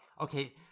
okay